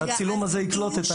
ושהצילום הזה יקלוט את העניין.